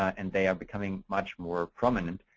and they are becoming much more prominent.